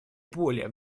более